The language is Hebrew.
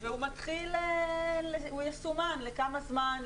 והוא יסומן לכמה זמן,